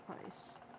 price